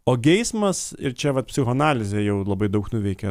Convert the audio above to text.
o geismas ir čia vat psichoanalizė jau labai daug nuveikė